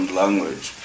language